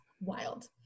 wild